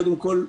קודם כול,